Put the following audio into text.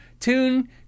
tune